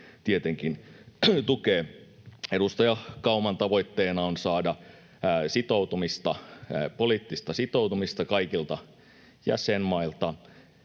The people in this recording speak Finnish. tietenkin tukee. Edustaja Kauman tavoitteena on saada sitoutumista, poliittista sitoutumista, kaikilta jäsenmailta,